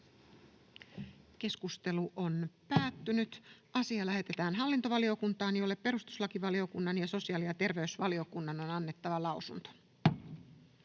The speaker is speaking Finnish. ehdottaa, että asia lähetetään hallintovaliokuntaan, jolle perustuslakivaliokunnan ja sosiaali- ja terveysvaliokunnan on annettava lausunto.